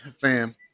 Fam